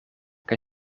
kaj